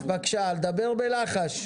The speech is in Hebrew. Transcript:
לעניין חומרי הדברה וכו'